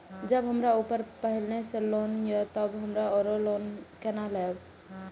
जब हमरा ऊपर पहले से लोन ये तब हम आरो लोन केना लैब?